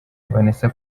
vanessa